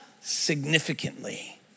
significantly